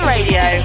Radio